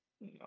No